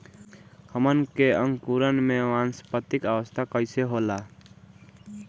हमन के अंकुरण में वानस्पतिक अवस्था कइसे होला?